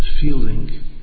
feeling